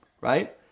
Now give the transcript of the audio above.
right